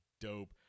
dope